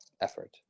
effort